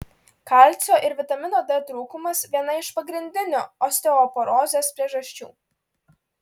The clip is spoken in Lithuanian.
kalcio ir vitamino d trūkumas viena iš pagrindinių osteoporozės priežasčių